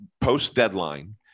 post-deadline